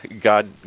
God